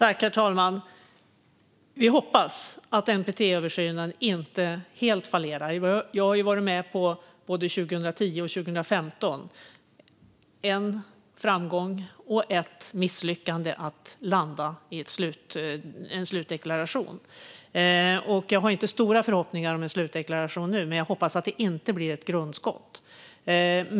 Herr talman! Vi hoppas att NPT-översynen inte helt fallerar. Jag var med både 2010 och 2015 - den ena var en framgång, den andra ett misslyckande när det gällde att landa i en slutdeklaration. Jag har inga stora förhoppningar om en slutdeklaration nu, men jag hoppas att det inte blir ett grundskott.